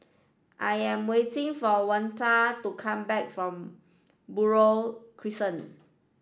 I am waiting for Waneta to come back from Buroh Crescent